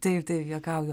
taip taip juokauju